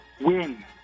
Win